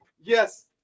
Yes